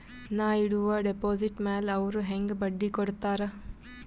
ನಾ ಇಡುವ ಡೆಪಾಜಿಟ್ ಮ್ಯಾಲ ಅವ್ರು ಹೆಂಗ ಬಡ್ಡಿ ಕೊಡುತ್ತಾರ?